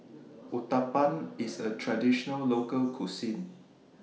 Uthapam IS A Traditional Local Cuisine